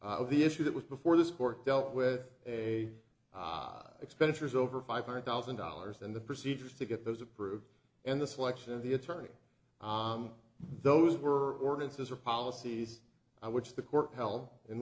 of the issues that was before this court dealt with a expenditures over five hundred thousand dollars and the procedures to get those approved and the selection of the attorney those were ordinances or policies which the court hell